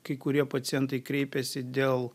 kai kurie pacientai kreipiasi dėl